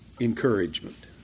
encouragement